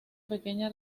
pequeña